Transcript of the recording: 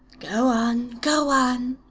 go on go on.